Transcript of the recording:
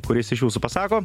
kuris iš jūsų pasako